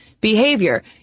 behavior